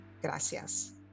Gracias